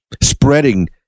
spreading